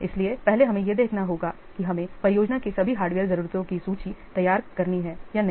इसलिए पहले हमें यह देखना होगा कि हमें परियोजना की सभी हार्डवेयर जरूरतों की सूची तैयार करनी है या नहीं